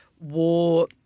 war –